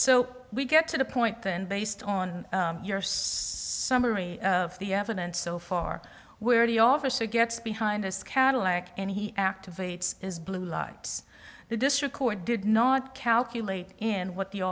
so we get to the point then based on your summary of the evidence so far where the officer gets behind his cadillac and he activates is blue lights the district court did not calculate in what the